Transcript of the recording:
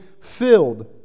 filled